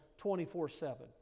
24-7